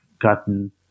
gotten